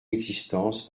existence